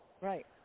Right